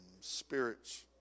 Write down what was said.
Spirits